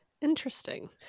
Interesting